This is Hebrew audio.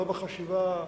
לא בחשיבה,